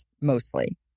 mostly